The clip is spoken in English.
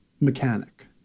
mechanic